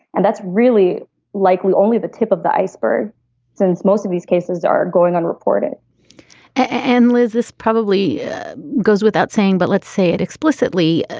and that's really likely only the tip of the iceberg since most of these cases are going unreported and liz, this probably goes without saying. but let's say it explicitly.